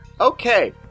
Okay